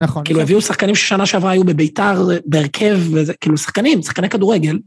נכון. כאילו הביאו שחקנים ששנה שעברה היו בביתר, בהרכב וזה, כאילו שחקנים, שחקני כדורגל.